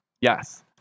Yes